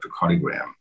electrocardiogram